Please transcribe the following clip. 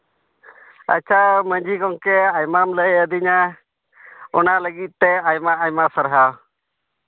ᱟᱪᱪᱷᱟ ᱢᱟᱹᱡᱷᱤ ᱜᱚᱢᱠᱮ ᱟᱭᱢᱟᱢ ᱞᱟᱹᱭ ᱟᱹᱫᱤᱧᱟ ᱚᱱᱟ ᱞᱟᱹᱜᱤᱫ ᱛᱮ ᱟᱭᱢᱟ ᱟᱭᱢᱟ ᱥᱟᱨᱦᱟᱣ